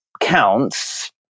counts